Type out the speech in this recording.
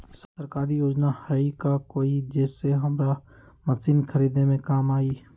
सरकारी योजना हई का कोइ जे से हमरा मशीन खरीदे में काम आई?